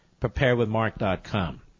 preparewithmark.com